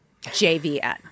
JVN